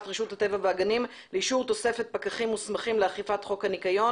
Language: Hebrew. רשות הטבע והגנים לאישור תוספת פקחים מוסמכים לאכיפת חוק הניקיון.